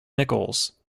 nicholls